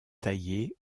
tailler